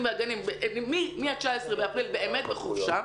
והגנים מה-19 לאפריל הם באמת בחופשה,